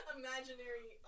imaginary